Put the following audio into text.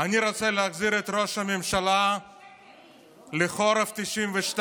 אני רוצה להחזיר את ראש הממשלה לחורף 1992: